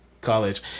college